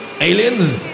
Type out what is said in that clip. aliens